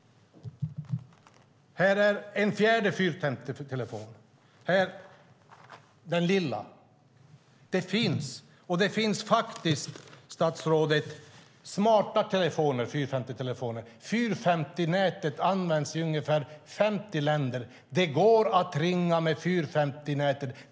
Här är en tredje! De finns, och det finns faktiskt smarta 450-telefoner. 450-nätet används i ungefär 50 länder. Det går att ringa med 450-nätet.